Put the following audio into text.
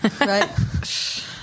Right